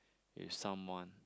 with someone